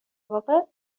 واقع